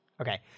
Okay